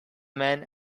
men